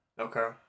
Okay